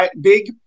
big